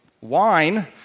Wine